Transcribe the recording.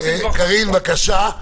קראין, בבקשה.